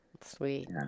sweet